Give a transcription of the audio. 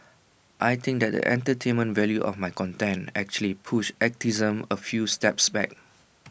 I think that the entertainment value of my content actually pushed activism A few steps back